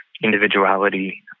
individuality